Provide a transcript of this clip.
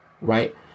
Right